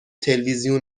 تلویزیون